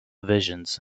visions